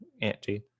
Auntie